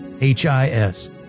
H-I-S